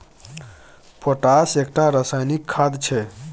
potash एकटा रासायनिक खाद छै